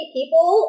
people